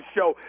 Show